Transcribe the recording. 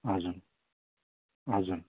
हजुर हजुर